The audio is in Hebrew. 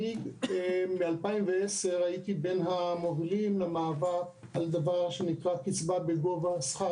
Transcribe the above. ב-2010 הייתי בין המובילים במאבק על גובה שכר